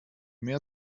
mehr